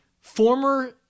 former